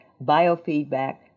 biofeedback